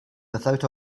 without